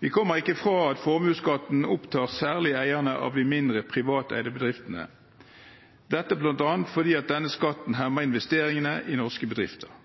Vi kommer ikke fra at formuesskatten opptar særlig eierne av de mindre privateide bedriftene – dette bl.a. fordi denne skatten hemmer investeringene i norske bedrifter.